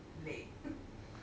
累